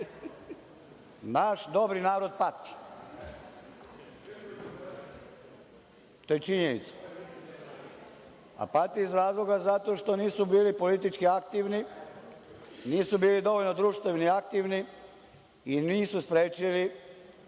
Naš dobri narod pati, to je činjenica, a pati iz razloga što nisu bili politički aktivni, nisu bili dovoljno društveno aktivni i nisu sprečili